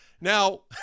Now